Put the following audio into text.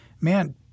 man